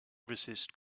resist